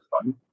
fun